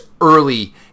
early